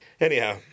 Anyhow